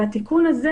התיקון הזה,